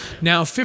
Now